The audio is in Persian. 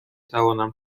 توانم